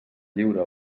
lliure